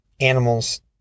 animals